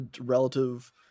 relative